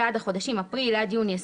(4) בעד חודשים אפריל עד יוני 2021,